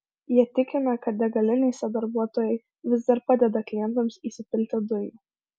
jie tikina kad degalinėse darbuotojai vis dar padeda klientams įsipilti dujų